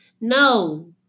No